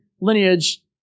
lineage